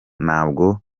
ntabwo